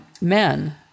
men